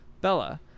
Bella